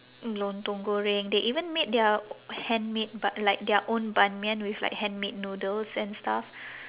lontong goreng they even made their handmade but like their own ban mian with like handmade noodles and stuff